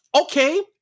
okay